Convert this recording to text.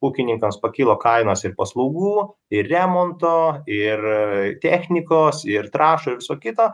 ūkininkams pakilo kainos ir paslaugų ir remonto ir technikos ir trąšų viso kito